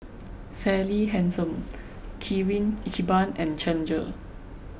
Sally Hansen Kirin Ichiban and Challenger